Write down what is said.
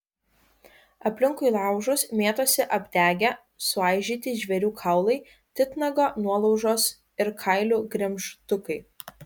aplinkui laužus mėtosi apdegę suaižyti žvėrių kaulai titnago nuolaužos ir kailių gremžtukai